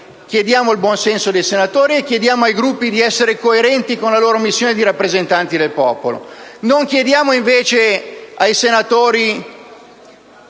Chiediamo il buon senso dei senatori e chiediamo ai Gruppi di essere coerenti con la loro missione di rappresentanti del popolo. Non chiediamo invece ai senatori